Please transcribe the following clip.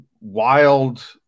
wild